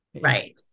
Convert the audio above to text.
Right